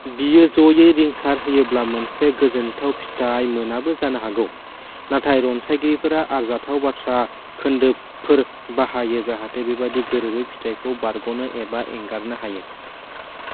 बियो जयै रिंसार होयोब्ला मोनसे गोजोन्थाव फिथाय मोनाबो जानो हागौ नाथाय रनसायगिरिफोरा आरजाथाव बाथ्रा खोनदोबफोर बाहायो जाहाथे बेबादि गोरोबै फिथायखौ बारग'नो एबा एंगारनो हायो